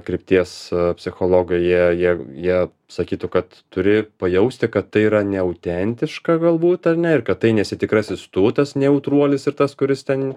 krypties psichologai jie jie jie sakytų kad turi pajausti kad tai yra neautentiška galbūt ar ne ir kad tai nesi tikrasis tu tas nejautruolis ir tas kuris ten